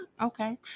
Okay